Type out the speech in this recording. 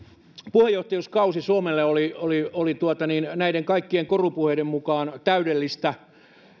puheenjohtajuuskausi suomelle oli oli näiden kaikkien korupuheiden mukaan täydellistä